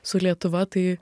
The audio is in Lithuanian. su lietuva tai